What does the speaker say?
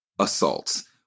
assaults